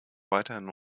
weiterhin